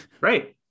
Right